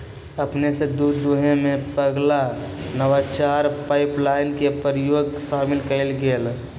अपने स दूध दूहेमें पगला नवाचार पाइपलाइन के प्रयोग शामिल कएल गेल